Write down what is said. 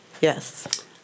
Yes